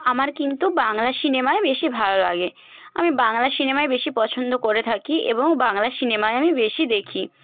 আমার কিন্তু বাংলা সিনেমাই বেশি ভালো লাগে আমি বাংলা সিনেমাই বেশি পছন্দ করে থাকি এবং বাংলা সিনেমাই আমি বেশি দেখি